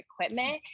equipment